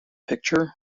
picture